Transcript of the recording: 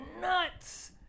nuts